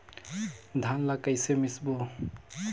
धान ला कइसे मिसबो?